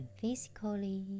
physically